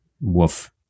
Woof